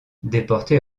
déporté